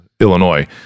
Illinois